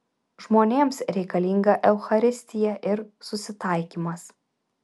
žmonėms reikalinga eucharistija ir susitaikymas